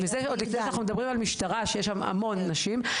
וזה עוד לפני שאנחנו מדברים על משטרה שיש שם המון נשים.